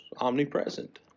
omnipresent